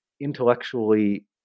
intellectually